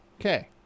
Okay